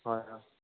হয় হয়